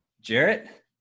Jarrett